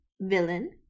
villain